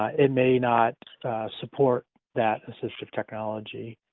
ah it may not support that assistive technology,